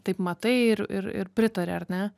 taip matai ir ir ir pritari ar ne